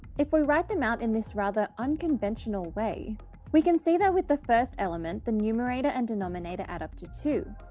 if we write them out in this rather unconventional way we can see that with the first element, the numerator and denominator add up to two.